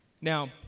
Now